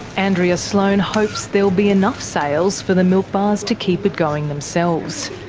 andrea sloane hopes there'll be enough sales for the milk bars to keep it going themselves.